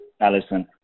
Alison